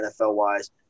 NFL-wise